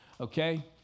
Okay